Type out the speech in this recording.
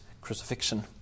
crucifixion